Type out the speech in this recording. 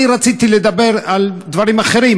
אני רציתי לדבר על דברים אחרים,